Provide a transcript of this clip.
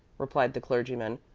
replied the clergyman,